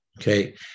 Okay